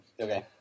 Okay